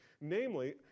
namely